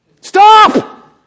Stop